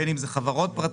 בין אם זה חברות פרטיות,